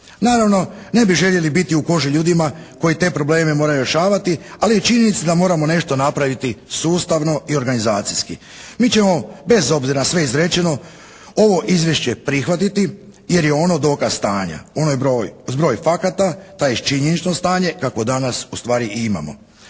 Naravno ne bi željeli biti u koži ljudima koji te probleme moraju rješavati, ali je činjenica da moramo nešto napraviti sustavno i organizacijski. Mi ćemo bez obzira na sve izrečeno ovo izvješće prihvatiti jer je ono dokaz stanja, ono je zbroj fakata, tj. činjenično stanje kakvo danas ustvari i imamo.